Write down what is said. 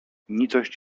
nicość